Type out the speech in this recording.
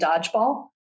dodgeball